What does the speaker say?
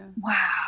wow